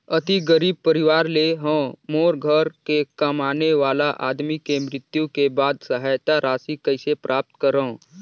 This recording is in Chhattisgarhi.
अति गरीब परवार ले हवं मोर घर के कमाने वाला आदमी के मृत्यु के बाद सहायता राशि कइसे प्राप्त करव?